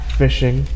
fishing